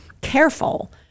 careful